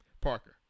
Parker